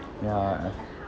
ya ah